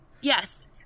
Yes